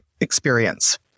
experience